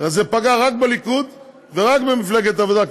הרי זה פגע רק בליכוד ורק במפלגת העבודה,